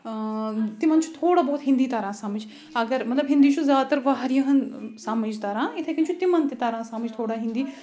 تِمَن چھِ تھوڑا بہت ہندی تَران سمٕج اَگر مطلب ہندی چھُ زیادٕ تَر واریاہَن سمٕج تَران یِتھَے کَنۍ چھُ تِمَن تہِ تَران سمٕج تھوڑا ہندی